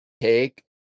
take